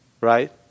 right